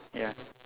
ya